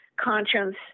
conscience